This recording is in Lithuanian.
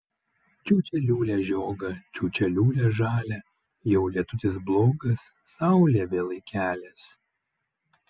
čiūčia liūlia žiogą čiūčia liūlia žalią jau lietutis blogas saulė vėlai kelias